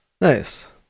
nice